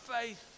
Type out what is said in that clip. faith